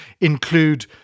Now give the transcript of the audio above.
include